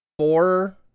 four